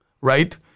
right